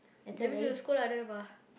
that means you will scold other people ah